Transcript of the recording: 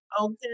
Okay